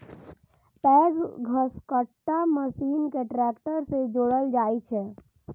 पैघ घसकट्टा मशीन कें ट्रैक्टर सं जोड़ल जाइ छै